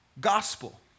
gospel